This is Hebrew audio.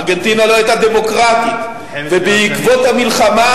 ארגנטינה לא היתה דמוקרטית, ובעקבות המלחמה,